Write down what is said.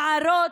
נערות,